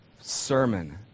sermon